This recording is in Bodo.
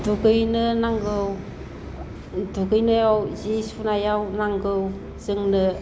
दुगैनो नांगौ दुगैनायाव जि सुनायाव नांगौ जोंनो